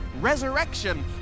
Resurrection